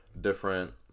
different